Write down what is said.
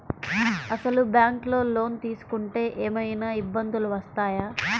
అసలు ఈ బ్యాంక్లో లోన్ తీసుకుంటే ఏమయినా ఇబ్బందులు వస్తాయా?